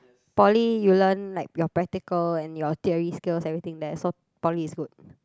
poly you learn like your practical and your theory skills everything there so poly is good